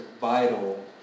vital